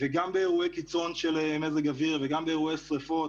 וגם באירועי קיצון של מזג אוויר וגם באירועי שרפות